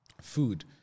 food